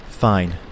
Fine